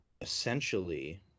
essentially